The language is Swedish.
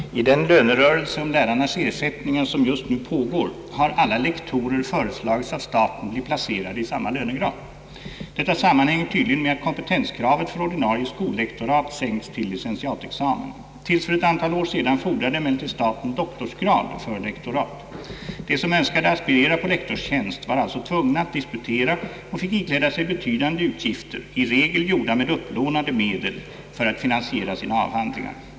Herr talman! I den lönerörelse om lärarnas ersättningar som just nu pågår har alla lektorer föreslagits av staten bli placerade i samma lönegrad. Detta sammanhänger tydligen med att kompetenskravet för ordinarie skollektorat sänkts till licentiatexamen. Till för ett antal år sedan fordrade emellertid staten doktorsgrad för lektorat. De som önskade aspirera på Iektorstjänst var alltså tvungna att disputera och fick ikläda sig betydande utgifter, i regel gjorda med upplånade medel, för att finansiera sina avhandlingar.